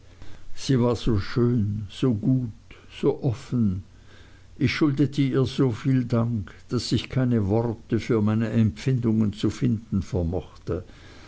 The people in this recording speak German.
sie war so schön so gut so offen ich schuldete ihr so viel dank daß ich keine worte für meine empfindungen zu finden vermochte